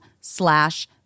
slash